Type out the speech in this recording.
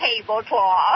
tablecloth